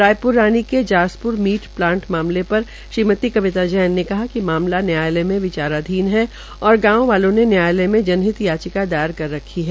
रायप्रानी के जासप्र meat plant मामले पर श्रीमति कविता जैन ने कहा कि मामला न्यायालय में विचाराधीन है और गांव वालों ने न्यायालय में जनहित याचिका दायर कर रखी है